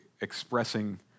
expressing